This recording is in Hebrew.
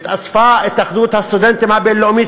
התאספה התאחדות הסטודנטים הבין-לאומית